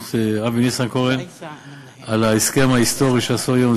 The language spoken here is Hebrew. אבי ניסנקורן על ההסכם ההיסטורי שהם עשו היום.